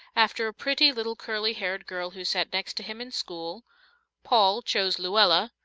after a pretty little curly-haired girl who sat next him in school paul chose luella,